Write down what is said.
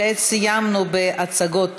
כעת סיימנו את הצגת